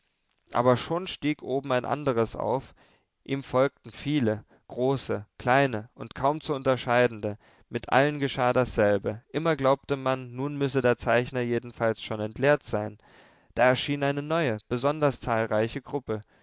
aber schon stieg oben ein anderes auf ihm folgten viele große kleine und kaum zu unterscheidende mit allen geschah dasselbe immer glaubte man nun müsse der zeichner jedenfalls schon entleert sein da erschien eine neue besonders zahlreiche gruppe